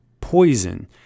poison